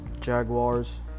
Jaguars